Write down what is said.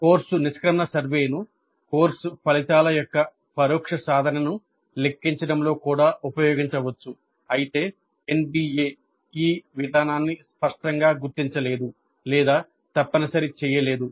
course నిష్క్రమణ సర్వేను course ఫలితాల యొక్క పరోక్ష సాధనను లెక్కించడంలో కూడా ఉపయోగించవచ్చు అయితే NBA ఈ విధానాన్ని స్పష్టంగా గుర్తించలేదు లేదా తప్పనిసరి చేయలేదు